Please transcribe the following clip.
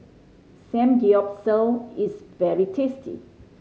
samgyeopsal is very tasty